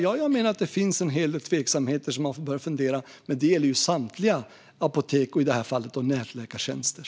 Ja, jag menar att det finns en hel del tveksamheter som man bör fundera över. Det gäller samtliga apotek och i det här fallet nätläkartjänster.